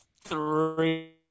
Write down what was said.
three